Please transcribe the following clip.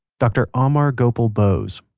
dr. amar gopal bose,